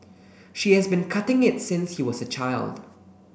she has been cutting it since he was a child